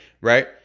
Right